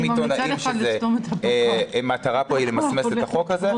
עיתונאים ואומרים שהמטרה פה היא למסמס את הצעת החוק הזאת.